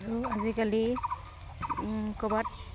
আৰু আজিকালি ক'ৰবাত